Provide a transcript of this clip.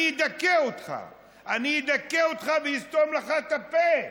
אני אדכא אותך ואסתום לך את הפה.